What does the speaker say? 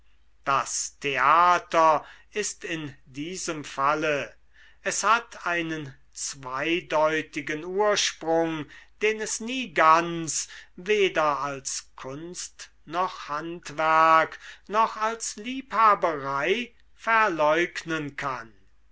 das theater ist in diesem falle es hat einen zweideutigen ursprung den es nie ganz weder als kunst noch handwerk noch als liebhaberei verleugnen kann